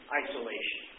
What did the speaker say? isolation